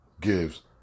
gives